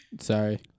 Sorry